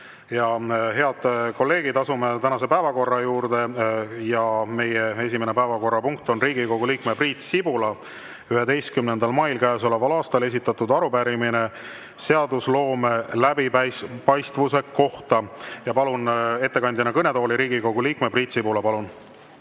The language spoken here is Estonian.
Head kolleegid, asume tänase päevakorra juurde. Meie esimene päevakorrapunkt on Riigikogu liikme Priit Sibula 11. mail käesoleval aastal esitatud arupärimine seadusloome läbipaistvuse kohta (nr 151). Palun ettekandjana kõnetooli Riigikogu liikme Priit Sibula.